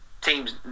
teams